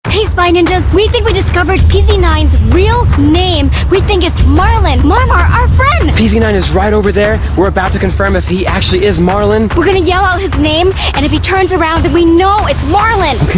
hey, spy ninjas. we think we discovered p z nine zero s real name. we think it's marlin. mar-mar our friend. p z nine is right over there, we're about to confront him, if he actually is marlin. we're gonna yell out his name, and if he turns around, then we know it's marlin.